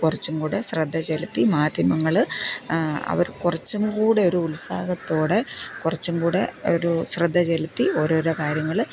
കുറച്ചും കൂടെ ശ്രദ്ധചെലുത്തി മാധ്യമങ്ങൾ അവർ കുറച്ചും കൂടെ ഒരു ഉത്സാഹത്തോടെ കുറച്ചും കൂടെ ഒരു ശ്രദ്ധചെലുത്തി ഓരോരോ കാര്യങ്ങൾ